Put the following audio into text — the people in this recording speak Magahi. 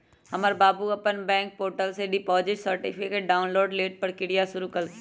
हमर बाबू अप्पन बैंक पोर्टल से डिपॉजिट सर्टिफिकेट डाउनलोड लेल प्रक्रिया शुरु कलखिन्ह